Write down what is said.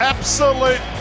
Absolute